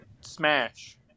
smash